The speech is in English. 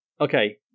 Okay